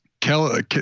Kelly